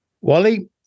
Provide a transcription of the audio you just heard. Wally